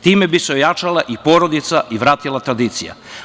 Time bi se ojačale i porodice i vratila tradicija.